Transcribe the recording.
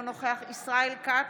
אינו נוכח ישראל כץ,